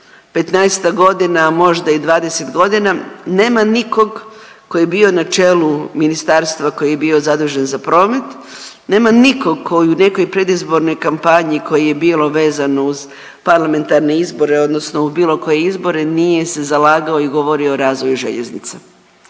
godina, a možda i 20 godina nema nikog tko je bio na čelu ministarstva koji je bio zadužen za promet, nema nikog tko je u nekoj predizbornoj kampanji koji je bio vezan uz parlamentarne izbore, odnosno u bilo koje izbore nije se zalagao i govorio o razvoju željeznice.